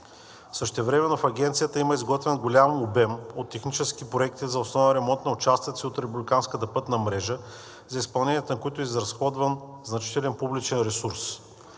Същевременно в Агенцията има изготвен голям обем от технически проекти за основен ремонт на участъци от републиканската пътна мрежа, за изпълнението на които е изразходван значителен публичен ресурс.